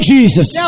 Jesus